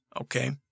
Okay